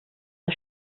der